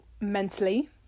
mentally